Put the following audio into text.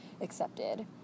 accepted